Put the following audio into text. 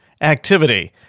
activity